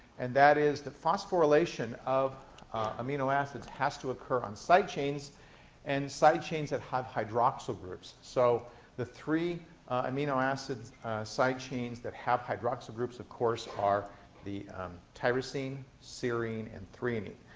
and that is that phosphorylation of amino acids has to occur on side chains and side chains that have hydroxyl groups. so the three amino acid side chains that have hydroxyl groups, of course, are the tyrosine, serine and threonine.